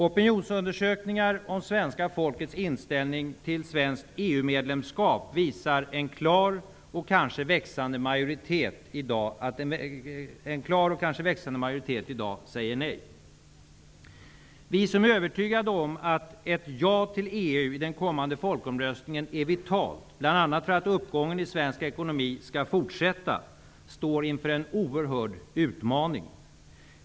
Opinionsundersökningar om svenska folkets inställning till svenskt EU-medlemskap visar att en klar och kanske växande majoritet i dag säger nej. Vi som är övertygade om att ett ja till EU i den kommande folkomröstningen är vitalt, bl.a. för att uppgången i svensk ekonomi skall fortsätta, står inför en oerhörd utmaning.